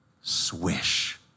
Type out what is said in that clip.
Swish